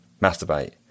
masturbate